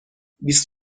بیست